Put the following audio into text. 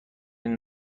این